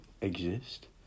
exist